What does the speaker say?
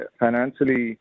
financially